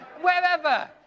wherever